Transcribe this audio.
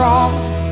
Cross